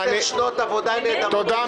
--- עשר שנות עבודה של נתניהו עשו את זה,